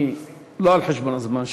לא על חשבון הזמן שלך,